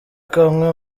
kamwe